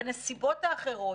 בנסיבות האחרות,